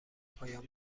پایان